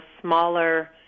smaller